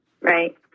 right